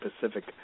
Pacific